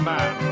Man